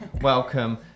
welcome